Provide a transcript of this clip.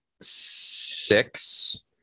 six